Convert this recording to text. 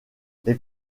les